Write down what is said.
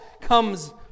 comes